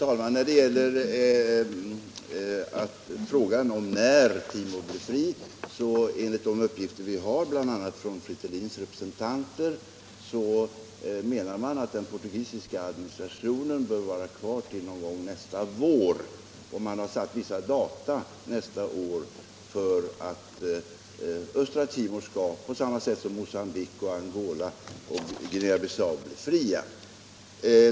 Fru talman! Enligt uppgifter vi har erhållit, bl.a. från Fretilinrepresentanter, om när östra Timor väntas bli fritt menar man att den portugisiska administrationen skall vara kvar där till någon gång nästa år. Man har fastställt vissa data nästa år då östra Timor skall bli fritt, på samma sätt som Mogambique, Angola och Guinea Bissau.